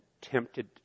tempted